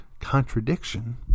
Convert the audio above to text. contradiction